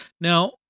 Now